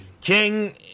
king